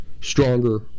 stronger